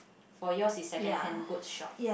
for yours is secondhand goods shop